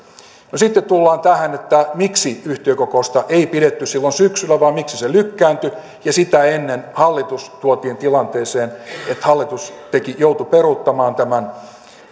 no sitten tullaan tähän miksi yhtiökokousta ei pidetty silloin syksyllä vaan miksi se lykkääntyi ja sitä ennen hallitus tuotiin tilanteeseen että hallitus joutui peruuttamaan tämän